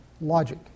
logic